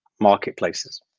marketplaces